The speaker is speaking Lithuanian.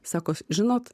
sako žinot